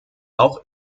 auch